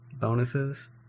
bonuses